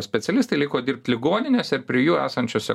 specialistai liko dirbt ligoninėse prie jų esančiose